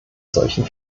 solchen